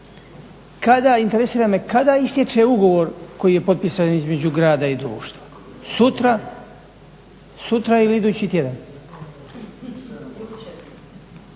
pitanja. Interesira me kada istječe ugovor koji je potpisan između grada i Društva? Sutra ili idući tjedan